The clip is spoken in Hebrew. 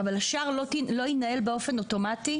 אבל השער לא יינעל באופן אוטומטי,